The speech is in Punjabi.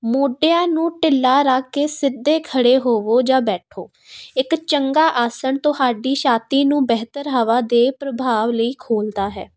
ਮੋਢਿਆਂ ਨੂੰ ਢਿੱਲਾ ਰੱਖ ਕੇ ਸਿੱਧੇ ਖੜੇ ਹੋਵੋ ਜਾਂ ਬੈਠੋ ਇੱਕ ਚੰਗਾ ਆਸਣ ਤੁਹਾਡੀ ਛਾਤੀ ਨੂੰ ਬਿਹਤਰ ਹਵਾ ਦੇ ਪ੍ਰਭਾਵ ਲਈ ਖੋਲ੍ਹਦਾ ਹੈ